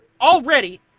already